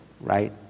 right